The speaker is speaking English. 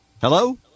Hello